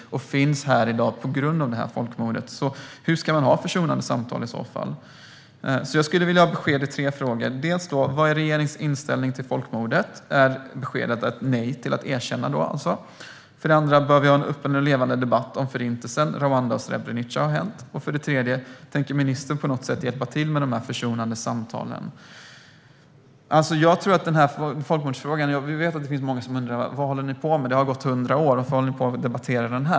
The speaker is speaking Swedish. De finns här i dag på grund av folkmordet. Hur ska man i så fall ha försonande samtal? Jag skulle vilja ha besked i tre frågor. För det första: Vad är regeringens inställning till folkmordet - är beskedet ett nej till att erkänna det? För det andra: Bör vi ha en öppen och levande debatt om huruvida Förintelsen, Rwanda och Srebrenica har hänt? För det tredje: Tänker ministern hjälpa till med de försonande samtalen? Jag vet att många undrar vad det är vi håller på med när det gäller folkmordsfrågan. Det har gått 100 år - varför håller vi på och debatterar den?